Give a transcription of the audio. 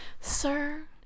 sir